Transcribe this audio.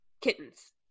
kittens